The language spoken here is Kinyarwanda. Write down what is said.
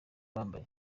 bambaye